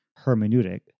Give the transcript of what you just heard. hermeneutic